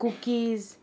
cookies